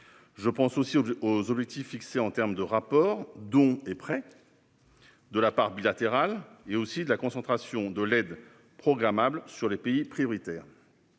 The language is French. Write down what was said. Je pense aussi aux objectifs fixés en matière de rapport dons-prêts, de part d'aide bilatérale et de concentration de l'aide programmable sur les pays prioritaires